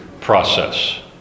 process